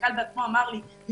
המנכ"ל בעצמו אמר לי בזמנו,